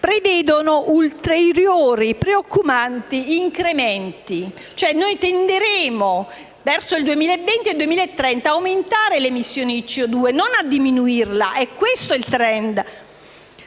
prevedono ulteriori preoccupanti incrementi. Noi tenderemo, cioè, verso il 2020 e il 2030 ad aumentare le emissioni di CO2 e non a diminuirle. Questo è il *trend*.